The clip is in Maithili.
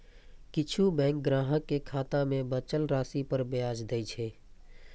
किछु बैंक ग्राहक कें खाता मे बचल राशि पर ब्याज दै छै